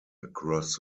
across